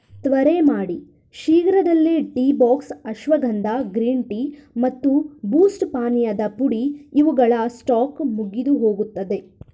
ತ್ವರೆ ಮಾಡಿ ಶೀಘ್ರದಲ್ಲೇ ಟೀಬಾಕ್ಸ್ ಅಶ್ವಗಂಧ ಗ್ರೀನ್ ಟೀ ಮತ್ತು ಬೂಸ್ಟ್ ಪಾನೀಯದ ಪುಡಿ ಇವುಗಳ ಸ್ಟಾಕ್ ಮುಗಿದುಹೋಗುತ್ತದೆ